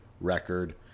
record